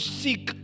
seek